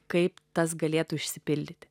kaip tas galėtų išsipildyti